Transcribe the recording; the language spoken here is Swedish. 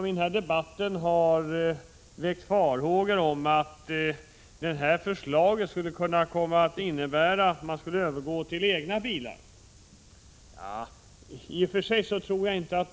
I debatten har man väckt farhågor för att det föreslagna systemet skulle kunna medföra att tjänstebilsinnehavarna övergår till att köra med egen bil.